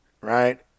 right